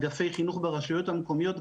אגפי חינוך ברשויות המקומיות,